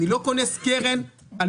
אם קרן עשתה 3% אני אשלים לה ל-5%.